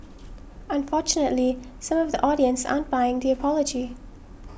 unfortunately some of the audience aren't buying the apology